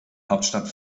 hauptstadt